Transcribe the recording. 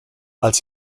als